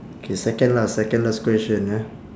K second last second last question ah